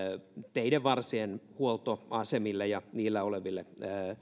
teiden varsien huoltoasemille ja niillä oleville